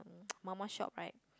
mama shop right